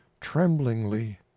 tremblingly